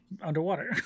underwater